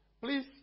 Please